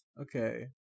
Okay